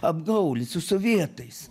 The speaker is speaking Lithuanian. apgaulė su sovietais